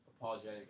apologetic